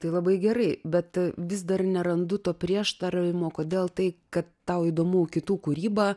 tai labai gerai bet vis dar nerandu to prieštaravimo kodėl tai kad tau įdomu kitų kūryba